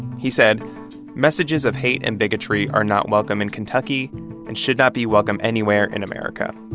he said messages of hate and bigotry are not welcome in kentucky and should not be welcome anywhere in america